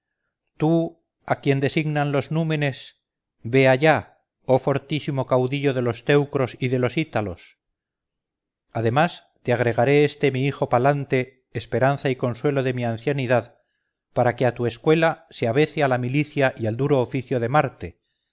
tú a quien designan los númenes ve allá oh fortísimo caudillo de los teucros y de los ítalos además te agregaré este mi hijo palante esperanza y consuelo de mi ancianidad para que a tu escuela se avece a la milicia y al duro oficio de marte